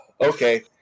Okay